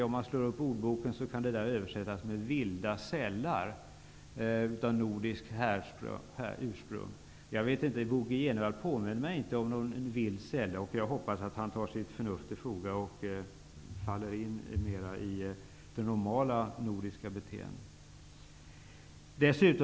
Om man slår upp det i ordboken ser man att det kan översättas med ''vilda sällar utav nordiskt ursprung''. Bo G Jenevall påminner mig inte om en vild sälle, och jag hoppas att han tar sitt förnuft till fånga och faller in i det normala nordiska beteendet.